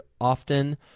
often